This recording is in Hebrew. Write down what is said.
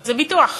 זה ביטוח.